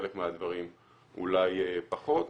חלק מהדברים אולי פחות,